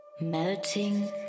melting